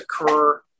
occur